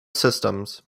systems